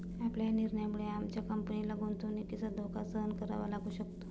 आपल्या या निर्णयामुळे आमच्या कंपनीला गुंतवणुकीचा धोका सहन करावा लागू शकतो